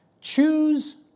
choose